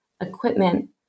equipment